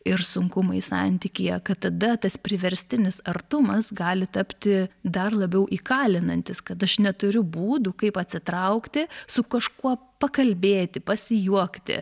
ir sunkumai santykyje kad tada tas priverstinis artumas gali tapti dar labiau įkalinantis kad aš neturiu būdų kaip atsitraukti su kažkuo pakalbėti pasijuokti